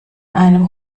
einem